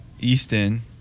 Easton